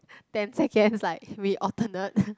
ten seconds like we alternate